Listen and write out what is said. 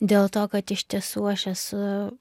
dėl to kad iš tiesų aš esu